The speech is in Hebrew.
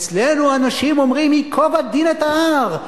אצלנו אנשים אומרים: ייקוב הדין את ההר,